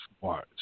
watch